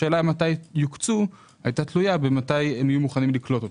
השאלה מתי יוקצו הייתה תלויה בשאלה מתי יהיו מוכנים לקלוט אותם.